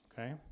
Okay